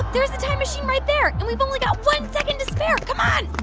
there's the time machine right there. and we've only got one second to spare. come on.